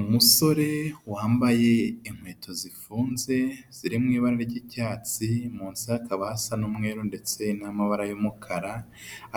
Umusore wambaye inkweto zifunze ziri mu ibara ry'icyatsi munsi hakaba hasa n'umweru ndetse n'amabara y'umukara,